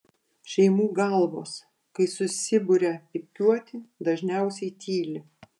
šeimų galvos kai susiburia pypkiuoti dažniausiai tyli